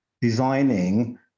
designing